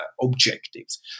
objectives